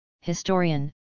historian